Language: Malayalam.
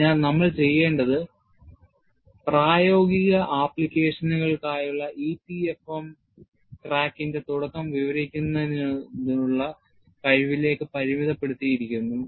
അതിനാൽ നമ്മൾ ചെയ്യേണ്ടത് പ്രായോഗിക ആപ്ലിക്കേഷനുകൾക്കായുള്ള EPFM ക്രാക്കിന്റെ തുടക്കം വിവരിക്കുന്നതിനുള്ള കഴിവിലേക്ക് പരിമിതപ്പെടുത്തിയിരിക്കുന്നു